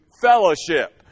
fellowship